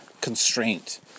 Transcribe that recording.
constraint